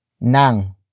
nang